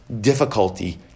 difficulty